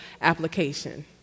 application